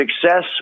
success